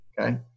okay